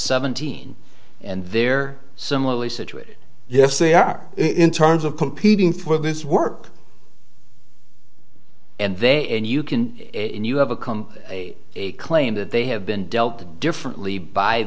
seventeen and they're similarly situated yes they are in terms of competing for this work and they and you can in you have a come a claim that they have been dealt differently by